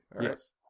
Yes